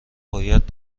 باید